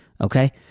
okay